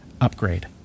upgrade